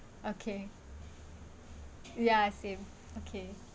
okay ya same okay